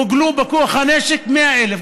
הוגלו בכוח הנשק 100,000,